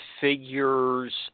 figures